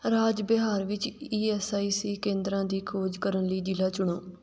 ਰਾਜ ਬਿਹਾਰ ਵਿੱਚ E S I C ਕੇਂਦਰਾਂ ਦੀ ਖੋਜ ਕਰਨ ਲਈ ਜ਼ਿਲ੍ਹਾ ਚੁਣੋ